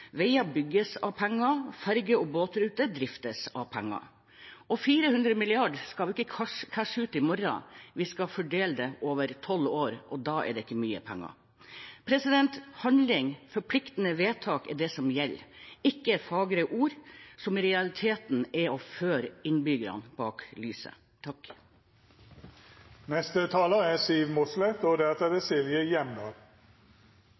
bygges med penger, og ferge- og båtruter driftes med penger. Og de 400 milliardene skal vi ikke cashe ut i morgen, vi skal fordele dem over tolv år, og da er det ikke mye penger. Handling og forpliktende vedtak er det som gjelder – ikke fagre ord, som i realiteten er å føre innbyggerne bak lyset.